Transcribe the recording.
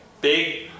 Big